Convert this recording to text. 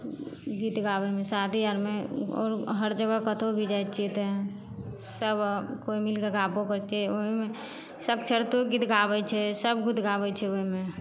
गीत गाबयमे शादी आरमे आओर हर जगह कतहु भी जाइ छियै तऽ सब कोइ मिलके गयबो करय छियै ओइमे साक्षरतोके गीत गाबय छै सब गीत गाबय छै ओइमे